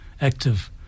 active